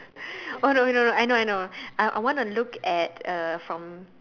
oh no oh no I know I know uh I want to look at uh from